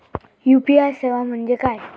UPI सेवा म्हणजे काय?